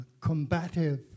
combative